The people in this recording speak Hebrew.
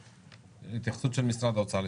התייחסות משרד האוצר.